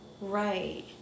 Right